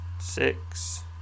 six